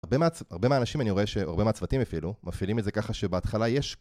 הרבה מהאנשים, אני רואה שהרבה מהצוותים אפילו, מפעילים את זה ככה שבהתחלה יש...